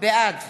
בעד